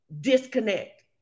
disconnect